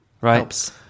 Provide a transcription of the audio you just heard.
Right